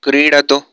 क्रीडतु